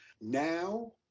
Now